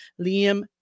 Liam